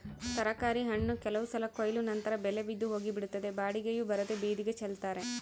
ತರಕಾರಿ ಹಣ್ಣು ಕೆಲವು ಸಲ ಕೊಯ್ಲು ನಂತರ ಬೆಲೆ ಬಿದ್ದು ಹೋಗಿಬಿಡುತ್ತದೆ ಬಾಡಿಗೆಯೂ ಬರದೇ ಬೀದಿಗೆ ಚೆಲ್ತಾರೆ